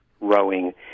rowing